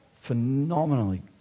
phenomenally